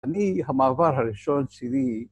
אני, המעבר הראשון שלי